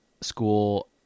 school